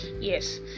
yes